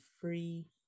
free